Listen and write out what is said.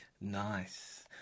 Nice